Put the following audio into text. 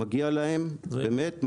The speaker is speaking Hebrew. מגיע להם באמת,